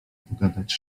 pogadać